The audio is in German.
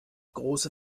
große